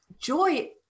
joy